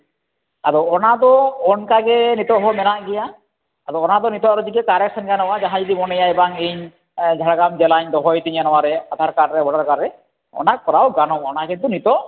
ᱟᱫᱚ ᱚᱱᱟ ᱫᱚ ᱚᱱᱠᱟ ᱜᱮ ᱱᱤᱛᱳᱜ ᱦᱚᱸ ᱢᱮᱱᱟᱜ ᱜᱮᱭᱟ ᱟᱫᱚ ᱚᱱᱟ ᱫᱚ ᱱᱤᱛᱳᱜ ᱟᱨᱚ ᱡᱩᱫᱤ ᱠᱟᱨᱮᱠᱥᱮᱱ ᱜᱟᱱᱚᱜᱼᱟ ᱡᱟᱦᱟᱸᱭ ᱡᱩᱫᱤᱭ ᱢᱚᱱᱮᱭᱟᱭ ᱵᱟᱝ ᱤᱧ ᱡᱷᱟᱲᱜᱨᱟᱢ ᱡᱮᱞᱟᱧ ᱫᱚᱦᱚᱭ ᱛᱤᱧᱟᱹ ᱱᱚᱣᱟ ᱨᱮ ᱟᱫᱷᱟᱨ ᱠᱟᱨᱰ ᱨᱮ ᱵᱷᱳᱴᱟᱨ ᱠᱟᱨᱰ ᱨᱮ ᱚᱱᱟ ᱠᱚᱨᱟᱣ ᱜᱟᱱᱚᱜᱼᱟ ᱚᱱᱟ ᱠᱤᱱᱛᱩ ᱱᱤᱛᱳᱜ